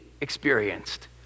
experienced